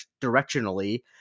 directionally